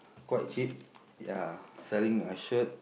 quite cheap ya selling a shirt